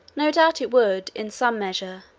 no doubt it would, in some measure,